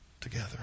together